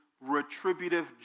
retributive